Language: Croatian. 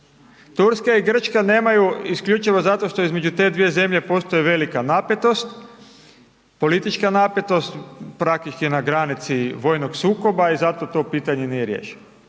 Turska i Grčka nemaju isključivo zato što između te dvije zemlje postoji velika napetost, politička napetost, praktički je na granici vojnog sukoba i zato to pitanje nije riješeno.